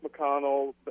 McConnell